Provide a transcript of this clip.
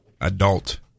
adult